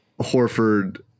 Horford